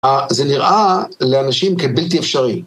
זה נראה לאנשים כבלתי אפשרי.